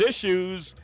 issues